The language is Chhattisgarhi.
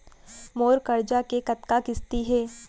मोर करजा के कतका किस्ती हे?